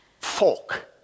folk